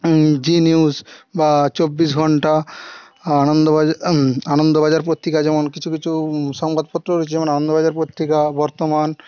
জি news বা চব্বিশ ঘন্টা আনন্দবাজার আনন্দবাজার পত্রিকা যেমন কিছু কিছু সংবাদপত্রর যেমন আনন্দবাজার পত্রিকা বর্তমান